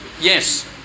yes